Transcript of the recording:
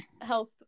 health